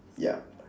yup